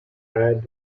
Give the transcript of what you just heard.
had